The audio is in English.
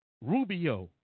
Rubio